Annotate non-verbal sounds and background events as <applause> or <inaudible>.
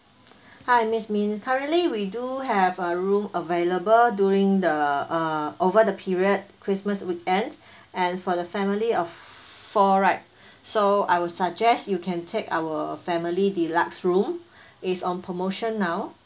<breath> hi miss min currently we do have a room available during the uh over the period christmas weekend and for the family of four right so I will suggest you can take our family deluxe room is on promotion now